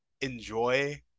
enjoy